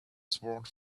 sword